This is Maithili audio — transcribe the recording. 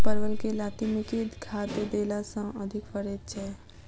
परवल केँ लाती मे केँ खाद्य देला सँ अधिक फरैत छै?